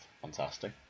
Fantastic